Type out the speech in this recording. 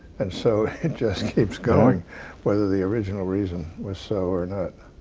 and so it just keeps going whether the original reason was so or not.